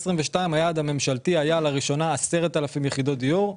היעד הממשלתי היה 10,000 יחידות דיור,